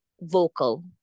vocal